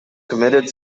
committed